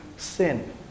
Sin